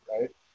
right